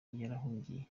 yarahungiye